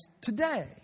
today